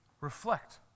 reflect